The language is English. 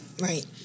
right